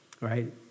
right